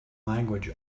language